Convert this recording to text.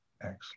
Excellent